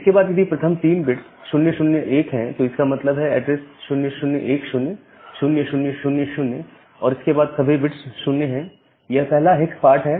इसके बाद यदि प्रथम 3 बिट्स 001 है तो इसका मतलब है एड्रेस 0010 0000 और इसके बाद सभी बिट 0 हैं यह पहला हेक्स पार्ट है